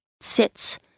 sits